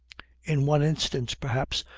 in one instance, perhaps,